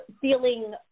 feeling